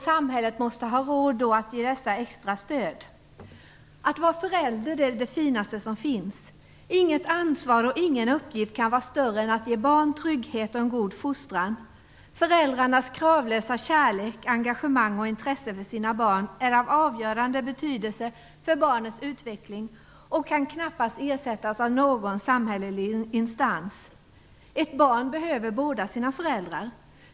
Samhället måste ha råd att ge dessa barn extra stöd. Att vara förälder är det finaste som finns. Inget ansvar och ingen uppgift kan vara större än att ge barn trygghet och en god fostran. Föräldrarnas kravlösa kärlek, engagemang och intresse för sina barn är av avgörande betydelse för barnens utveckling och kan knappast ersättas av någon samhällelig instans. Ett barn behöver båda sina föräldrar.